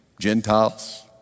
Gentiles